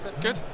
good